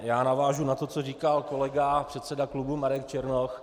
Já navážu na to, co říkal kolega předseda klubu Marek Černoch.